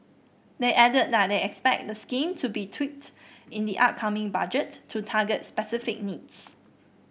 they added that they expect the scheme to be tweaked in the upcoming Budget to target specific needs